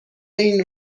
این